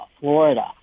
Florida